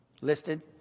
listed